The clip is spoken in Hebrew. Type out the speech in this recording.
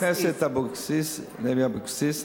חברת הכנסת לוי אבקסיס,